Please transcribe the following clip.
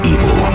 Evil